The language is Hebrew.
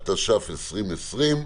התש"ף 2020,